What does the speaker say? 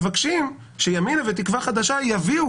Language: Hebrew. אנחנו מבקשים שימינה ותקווה חדשה יביאו